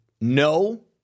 no